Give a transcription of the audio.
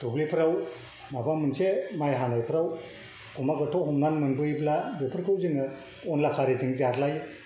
दुब्लिफोराव माबा मोनसे माइ हानायफ्राव गुमा गोथाव हमनानै मोनबोयोब्ला बेफोरखौ जोङो अनला खारिजों जाद्लायो